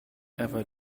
ever